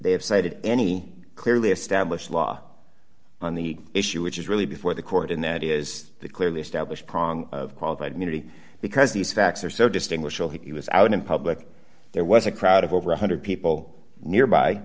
they have cited any clearly established law on the issue which is really before the court and that is clearly established prong of qualified immunity because these facts are so distinguishable he was out in public there was a crowd of over one hundred people nearby